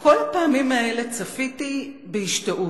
ובכל הפעמים האלה צפיתי בהשתאות